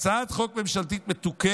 להביא הצעת חוק ממשלתית מתוקנת,